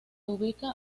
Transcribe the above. ubica